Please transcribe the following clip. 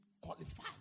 qualify